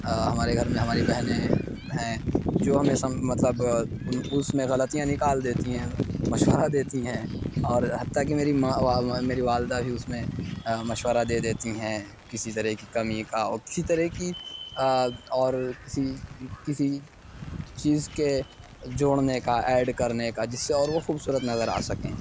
آ ہمارے گھر میں ہماری بہنیں ہیں جو ہمیں مطلب اُس میں غلطیاں نكال دیتی ہیں مشورہ دیتی ہیں اور حتیٰ كہ میری ماں میری والدہ بھی اُس میں مشورہ دے دیتی ہیں کسی طریقے كی كمی كا كسی طرح کی اور کسی كسی چیز کے جوڑنے کا ایڈ کرنے کا جس سے اور وہ خوبصورت نظر آ سکیں